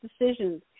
decisions